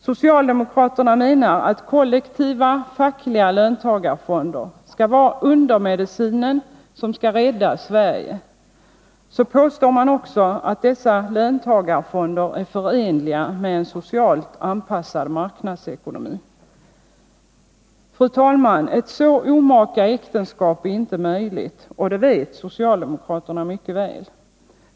Socialdemokraterna menar att kollektiva fackliga löntagarfonder skall vara undermedicinen som skall rädda Sverige. Så påstår man också att dessa löntagarfonder är förenliga med en socialt anpassad marknadsekonomi. Fru talman! Ett så omaka äktenskap är inte möjligt, och det vet socialdemokraterna mycket väl.